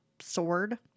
sword